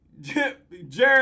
Jared